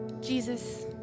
Jesus